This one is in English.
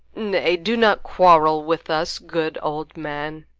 nay, do not quarrel with us, good old man.